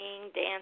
dancing